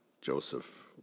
Joseph